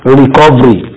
recovery